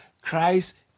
Christ